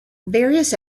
various